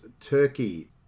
turkey